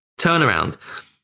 turnaround